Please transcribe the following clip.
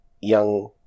young